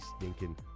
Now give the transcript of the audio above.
stinking